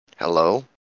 Hello